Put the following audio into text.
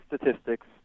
statistics